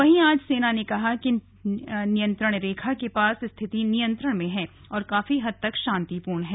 वहीं आज सेना ने कहा कि नियंत्रण रेखा के पास स्थिति नियंत्रण में है और काफी हद तक शांतिपूर्ण है